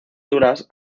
duras